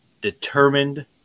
determined